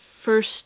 first